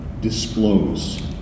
disclose